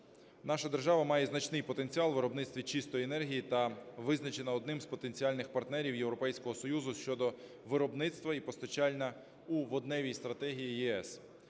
Наша держава має значний потенціал у виробництві чистої енергії та визначена одним з потенціальних партнерів Європейського Союзу щодо виробництва і постачання у водневій стратегії ЄС.